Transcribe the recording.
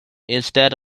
instead